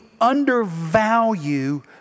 undervalue